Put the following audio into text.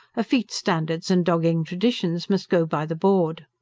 effete standards and dogging traditions must go by the board.